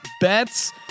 bets